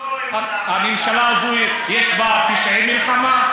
הממשלה הזאת יש בה פשעי מלחמה?